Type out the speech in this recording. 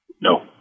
No